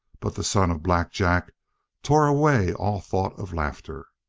but the son of black jack tore away all thought of laughter.